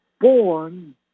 born